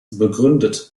begründet